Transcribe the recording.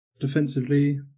defensively